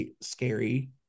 scary